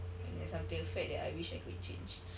and that's something a fact that I wish I could change